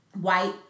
white